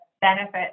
benefit